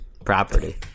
Property